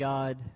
God